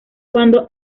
cuando